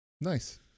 Nice